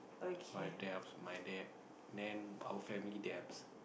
my debts my debts then our family debts